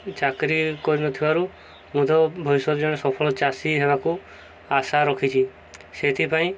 ଚାକିରି କରିନଥିବାରୁ ମୁ ଭବିଷ୍ୟତରେ ଜଣେ ସଫଳ ଚାଷୀ ହେବାକୁ ଆଶା ରଖିଛି ସେଥିପାଇଁ